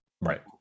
right